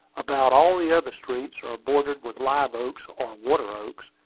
about all the other streets are bordered with live-oaks or water-oaks,